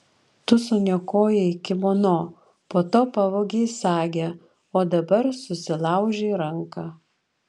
tu suniokojai kimono po to pavogei sagę o dabar susilaužei ranką